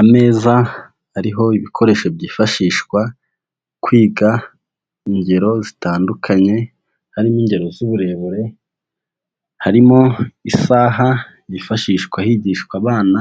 Ameza ariho ibikoresho byifashishwa kwiga ingero zitandukanye, harimo ingero z'uburebure, harimo isaha yifashishwa higishwa abana